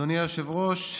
אדוני היושב-ראש,